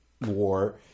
war